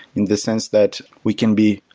in the sense that we can be,